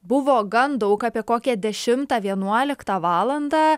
buvo gan daug apie kokią dešimtą vienuoliktą valandą